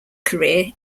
career